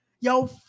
yo